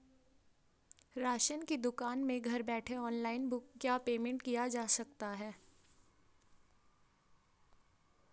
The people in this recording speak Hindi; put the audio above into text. राशन की दुकान में घर बैठे ऑनलाइन बुक व पेमेंट किया जा सकता है?